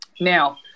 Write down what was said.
Now